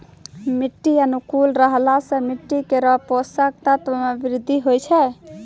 मिट्टी अनुकूल रहला सँ मिट्टी केरो पोसक तत्व म वृद्धि होय छै